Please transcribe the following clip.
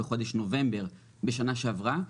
בחודש נובמבר בשנה שעברה.